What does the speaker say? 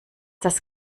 das